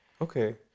Okay